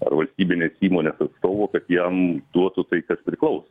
ar valstybinės įmonės atstovo kad jam duotų tai kad priklauso